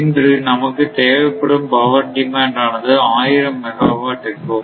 இன்று நமக்கு தேவைப்படும் பவர் டிமாண்ட் ஆனது 1000 மெகாவாட் என்போம்